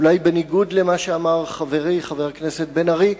אולי בניגוד למה שאמר חברי חבר הכנסת בן-ארי,